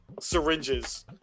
syringes